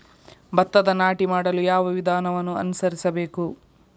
ಭತ್ತದ ನಾಟಿ ಮಾಡಲು ಯಾವ ವಿಧಾನವನ್ನು ಅನುಸರಿಸಬೇಕು?